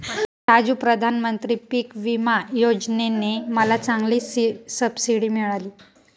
राजू प्रधानमंत्री पिक विमा योजने ने मला चांगली सबसिडी मिळाली